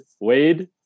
Wade